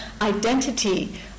identity